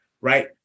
right